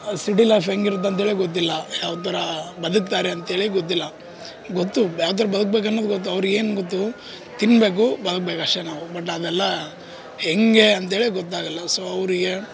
city life ಹೆಂಗಿರತ್ ಅಂತೇಳಿ ಗೊತ್ತಿಲ್ಲ ಯಾವ ಥರ ಬದುಕ್ತಾರೆ ಅಂತೇಳಿ ಗೊತ್ತಿಲ್ಲ ಗೊತ್ತು ಯಾವ ಥರ ಬದುಕ್ಬೇಕು ಅನ್ನೋದು ಗೊತ್ತು ಅವ್ರಿಗೇನು ಗೊತ್ತು ತಿನ್ಬೇಕು ಬದುಕಬೇಕು ಅಷ್ಟೇ ನಾವು ಬಟ್ ಅದೆಲ್ಲಾ ಹೆಂಗೇ ಅಂತೇಳಿ ಗೊತ್ತಾಗೋಲ್ಲ ಸೊ ಅವರಿಗೆ